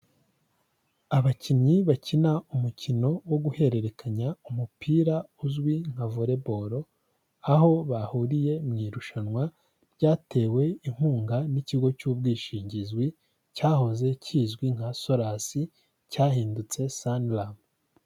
Abakinnyi bakina umukino wo guhererekanya umupira uzwi nka Volley ball, aho bahuriye mu irushanwa, ryatewe inkunga n'Ikigo cy'Ubwishingizi, cyahoze kizwi nka Solasi cyahindutse Sanlam.